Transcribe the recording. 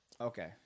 Okay